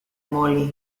molly